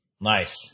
Nice